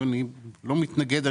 אני לא מתנגד.